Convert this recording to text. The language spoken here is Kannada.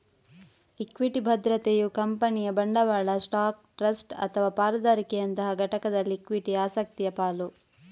ಇಕ್ವಿಟಿ ಭದ್ರತೆಯು ಕಂಪನಿಯ ಬಂಡವಾಳ ಸ್ಟಾಕ್, ಟ್ರಸ್ಟ್ ಅಥವಾ ಪಾಲುದಾರಿಕೆಯಂತಹ ಘಟಕದಲ್ಲಿ ಇಕ್ವಿಟಿ ಆಸಕ್ತಿಯ ಪಾಲು